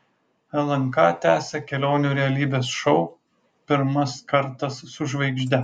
lnk tęsia kelionių realybės šou pirmas kartas su žvaigžde